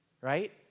right